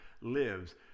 lives